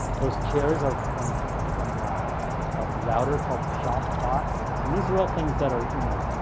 those chairs are from from ah a router called the shopbot. but and these are all things that are you know